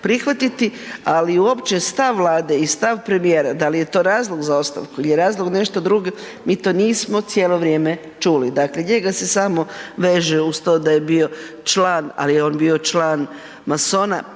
prihvatiti, ali uopće stav Vlade i stav premijera, da li je to razlog za ostavku ili je razlog nešto drugo, mi to nismo cijelo vrijeme čuli, dakle njega se samo veže uz to da je bio član ali je on bio član masona,